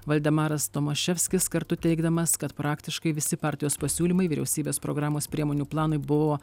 valdemaras tomaševskis kartu teigdamas kad praktiškai visi partijos pasiūlymai vyriausybės programos priemonių planui buvo